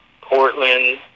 Portland